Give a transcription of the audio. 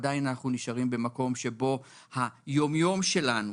עדיין אנחנו נשארים במקום שבו היום-יום שלנו,